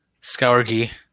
scourge